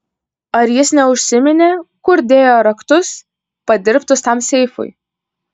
ar jis neužsiminė kur dėjo raktus padirbtus tam seifui